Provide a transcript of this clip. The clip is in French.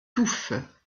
touffes